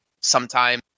sometime